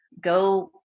go